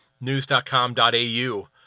news.com.au